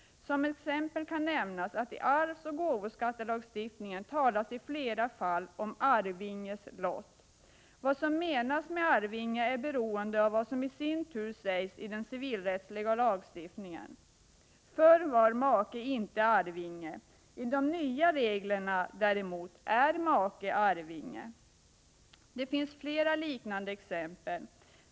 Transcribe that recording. Som exempel kan nämnas att det i arvsoch gåvoskattelagstiftningen i flera fall talas om arvinges lott. Vad som menas med arvinge är beroende av vad som i sin tur sägs i den civilrättsliga lagstiftningen. Förr var make inte arvinge. Däremot är make enligt de nya reglerna arvinge. Det finns flera liknande exempel.